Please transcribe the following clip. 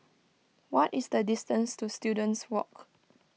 what is the distance to Students Walk